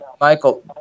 Michael